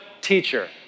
teacher